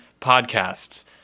podcasts